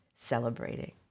celebrating